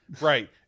Right